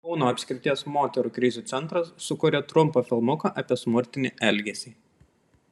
kauno apskrities moterų krizių centras sukūrė trumpą filmuką apie smurtinį elgesį